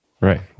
Right